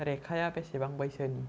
रेखाया बेसेबां बैसोनि